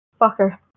Fucker